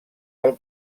del